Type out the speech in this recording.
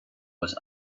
was